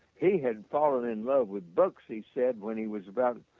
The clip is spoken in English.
he had fallen in love with books he said when he was about,